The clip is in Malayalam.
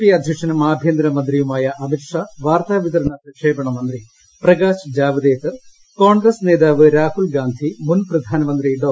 പി അധ്യക്ഷനും ആഭ്യന്തര മന്ത്രിയുമായ അമിത് ഷാ വാർത്താവിതരണ പ്രക്ഷേപണ മന്ത്രി പ്രകാശ് ജാവ്ദേക്കർ കോൺഗ്രസ് നേതാവ് രാഹുൽ ഗാന്ധി മുൻ പ്രധാനമന്ത്രി ഡോ